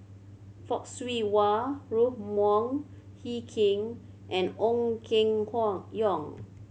Fock Siew Wah Ruth Wong Hie King and Ong Keng Yong